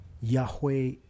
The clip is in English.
Yahweh